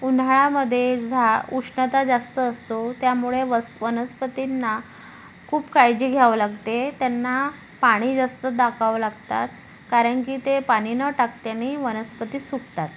उन्हाळामध्ये झा उष्णता जास्त असतो त्यामुळे वस वनस्पतींना खूप काळजी घ्यावं लागते त्यांना पाणी जास्त टाकावं लागतात कारण की ते पाणी न टाकतेनी वनस्पती सुकतात